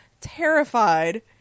terrified